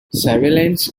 surveillance